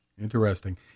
Interesting